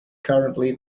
currently